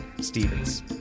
stevens